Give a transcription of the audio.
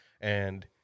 and-